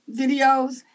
videos